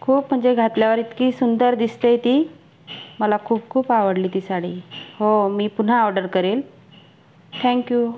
खूप मनजे घातल्यावर इतकी सुंदर दिसते ती मला खूप खूप आवडली ती साडी हो मी पुन्हा ऑडर करेल थँक्यू